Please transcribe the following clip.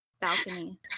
balcony